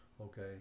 okay